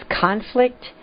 conflict